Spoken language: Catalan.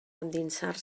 endinsar